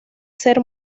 ser